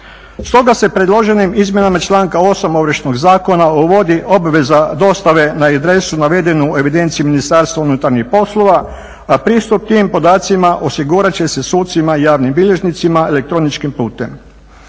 Stoga se predloženim izmjenama članka 8. Ovršnog zakona uvodi obveza dostave na adresu navedeni u evidenciji MUP-a a pristup tim podacima osigurat će se sucima, javnim bilježnicima elektroničkim putem.